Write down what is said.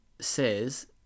says